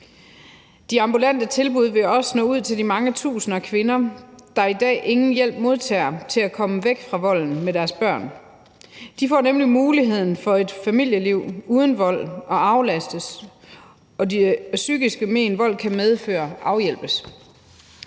De ambulante tilbud vil også nå ud til de mange tusinder af kvinder, der i dag ingen hjælp modtager til at komme væk fra volden med deres børn. De får dermed muligheden for et (familie-)liv uden vold og aflastes, og de psykiske men, vold kan medføre, afhjælpes.«